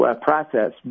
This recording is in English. process